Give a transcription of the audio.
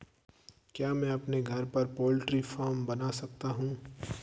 क्या मैं अपने घर पर पोल्ट्री फार्म बना सकता हूँ?